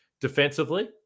defensively